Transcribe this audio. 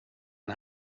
den